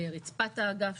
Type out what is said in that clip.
ברצפת האגף,